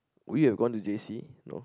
we have gone to J_C no